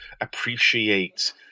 appreciate